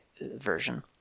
version